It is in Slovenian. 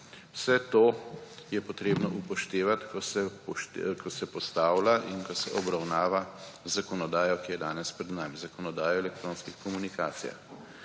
Vse to je treba upoštevati, ko se postavlja in ko se obravnava zakonodaja, ki je danes pred nami, zakonodaja o elektronskih komunikacijah.